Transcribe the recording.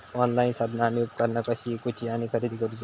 Online साधना आणि उपकरणा कशी ईकूची आणि खरेदी करुची?